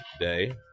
day